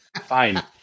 Fine